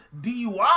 DUI